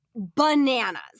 bananas